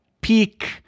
peak